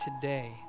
today